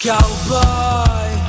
Cowboy